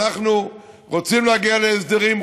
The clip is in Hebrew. אנחנו רוצים להגיע להסדרים,